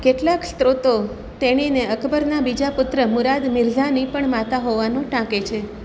કેટલાક સ્ત્રોતો તેણીને અકબરના બીજા પુત્ર મુરાદ મિર્ઝાની પણ માતા હોવાનું ટાંકે છે